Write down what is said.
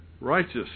righteous